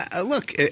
Look